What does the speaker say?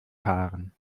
fahren